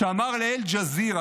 שאמר לאל-ג'זירה,